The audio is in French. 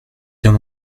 bien